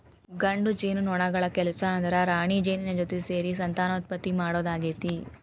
ಗಂಡು ಜೇನುನೊಣಗಳ ಕೆಲಸ ಅಂದ್ರ ರಾಣಿಜೇನಿನ ಜೊತಿಗೆ ಸೇರಿ ಸಂತಾನೋತ್ಪತ್ತಿ ಮಾಡೋದಾಗೇತಿ